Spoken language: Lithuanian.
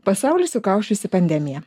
pasaulį sukausčiusi pandemija